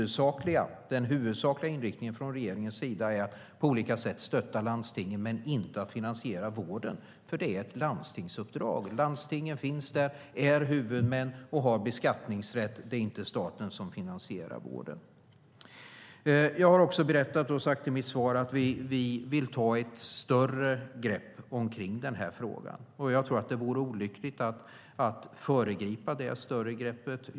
Den huvudsakliga inriktningen från regeringens sida är att på olika sätt stötta landstingen men inte att finansiera vården, för det är ett landstingsuppdrag. Landstingen finns där, är huvudmän och har beskattningsrätt. Det är inte staten som finansierar vården. Jag har också sagt i mitt svar att vi vill ta ett större grepp om den här frågan, och jag tror att det vore olyckligt att föregripa det större greppet.